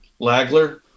Lagler